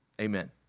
Amen